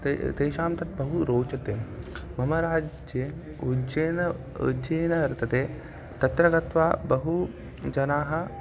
ते तेषां तत् बहु रोचते मम राज्ये उज्जेन उज्जेन वर्तते तत्र गत्वा बहु जनाः